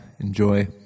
Enjoy